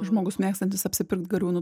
žmogus mėgstantis apsipirkt gariūnų